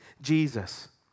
Jesus